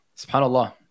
SubhanAllah